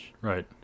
Right